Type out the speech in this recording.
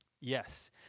yes